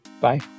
Bye